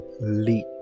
leak